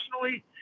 personally